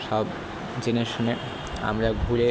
সব জেনে শুনে আমরা ঘুরে